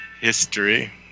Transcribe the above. History